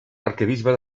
arquebisbe